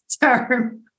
term